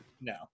No